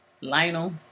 Lionel